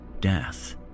death